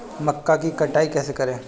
मक्का की कटाई कैसे करें?